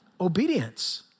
Obedience